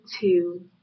two